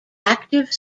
active